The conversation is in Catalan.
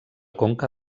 conca